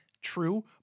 true